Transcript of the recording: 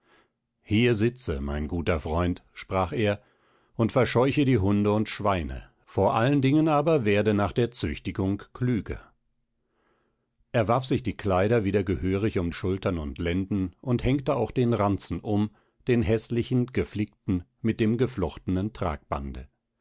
hier sitze mein guter freund sprach er und verscheuche die hunde und schweine vor allen dingen aber werde nach der züchtigung klüger er warf sich die kleider wieder gehörig um schultern und lenden und hängte auch den ranzen um den häßlichen geflickten mit dem geflochtenen